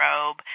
robe